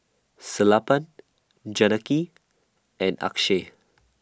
Sellapan Janaki and Akshay